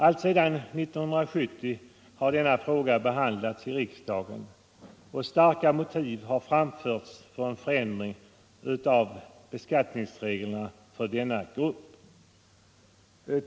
Alltsedan 1970 har denna fråga behandlats i riksdagen, och starka motiv har framförts för en förändring av beskattningsreglerna för denna grupp.